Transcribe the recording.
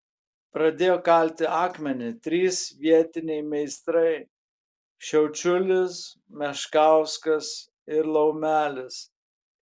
pradėjo kalti akmenį trys vietiniai meistrai šiaučiulis meškauskas ir laumelis